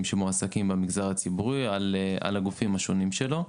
שמועסקים במגזר הציבורי על הגופים השונים שלו.